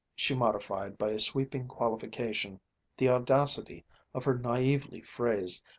she modified by a sweeping qualification the audacity of her naively phrased,